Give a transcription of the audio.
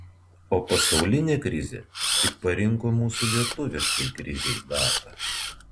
o pasaulinė krizė tik parinko mūsų lietuviškai krizei datą